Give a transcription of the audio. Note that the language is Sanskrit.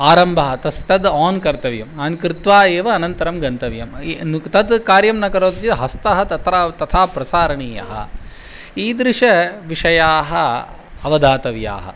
आरम्भः तस् तद् आन् कर्तव्यम् आन् कृत्वा एव अनन्तरं गन्तव्यम् तद् कार्यं न करोति चेत् हस्तः तत्राव् तथा प्रसारणीयः ईदृशाः विषयाः अवधातव्याः